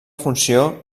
funció